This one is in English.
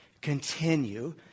Continue